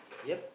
yep